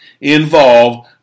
involve